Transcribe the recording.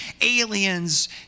aliens